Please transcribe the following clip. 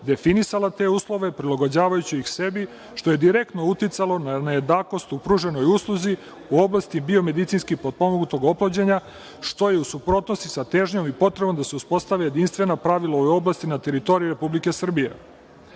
definisala te uslove, prilagođavajući ih sebi, što je direktno uticalo na nejednakost u pruženoj usluzi u oblasti biomedicinski potpomognutog oplođenja, što je u suprotnosti sa težnjom i potrebom da se uspostave jedinstvena pravila u ovoj oblasti na teritoriji Republike